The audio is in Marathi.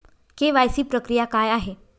के.वाय.सी प्रक्रिया काय आहे?